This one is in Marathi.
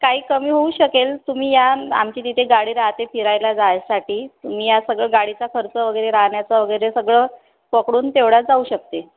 काही कमी होऊ शकेल तुम्ही या आमची तिथे गाडी राहते फिरायला जाण्यासाठी तुम्ही या सगळं गाडीचा खर्च वगैरे राहण्याचा वगैरे सगळं पकडून तेवढा जाऊ शकते